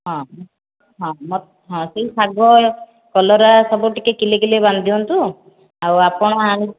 ହଁ ହଁ ମୋତେ ସେଇ ଶାଗ କଲରା ସବୁ ଟିକେ କିଲେ କିଲେ ବାନ୍ଧି ଦିଅନ୍ତୁ ଆଉ ଆପଣ